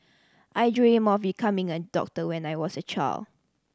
I dreamt of becoming a doctor when I was a child